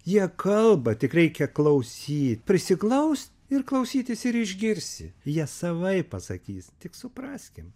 jie kalba tik reikia klausyt prisiglaust ir klausytis ir išgirsi jie savaip pasakys tik supraskim